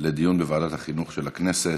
לדיון בוועדת החינוך של הכנסת.